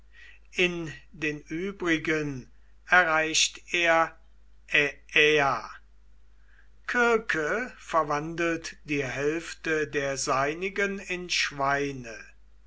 in den übrigen erreicht er aiaia kirke verwandelt die hälfte der seinigen in schweine